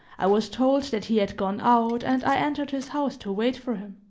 i was told that he had gone out, and i entered his house to wait for him.